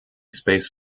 spaces